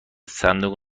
صندوق